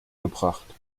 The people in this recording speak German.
gebracht